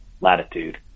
latitude